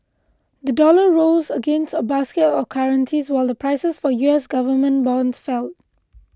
the dollar rose against a basket of currencies while prices for U S government bonds fell